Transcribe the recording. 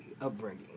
upbringing